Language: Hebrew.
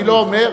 אני לא אומר.